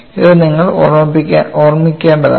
ഇത് നിങ്ങൾ ഓർമ്മിക്കേണ്ടതാണ്